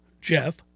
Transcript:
Jeff